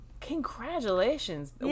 congratulations